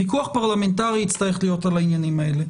פיקוח פרלמנטרי יצטרך להיות על העניינים האלה.